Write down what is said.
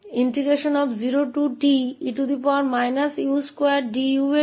तो √𝜋2 इस 1 0te u2duके लिए